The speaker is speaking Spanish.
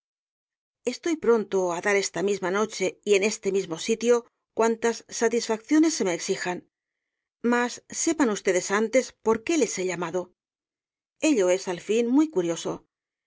estoy pronto á dar esta misma noche y en este mismo sitio cuantas satisfacciones se me exijan mas sepan ustedes antes por qué les he llamado ello es al fin muy curioso